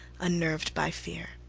unnerved by fear.